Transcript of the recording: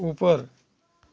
ऊपर